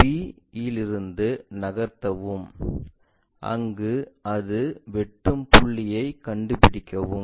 b யிலிருந்து நகர்த்தவும் அங்கு அது வெட்டும் புள்ளிகளைக் கண்டுபிடிக்கவும்